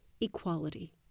equality